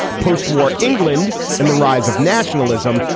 postwar england and the rise of nationalism.